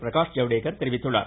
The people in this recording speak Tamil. பிரகாஷ் ஜவ்டேகர் தெரிவித்துள்ளார்